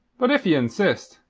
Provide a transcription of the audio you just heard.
but if ye insist,